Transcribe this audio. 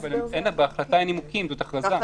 בהחלטה אין נימוקים, זאת הכרזה.